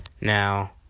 Now